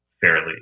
fairly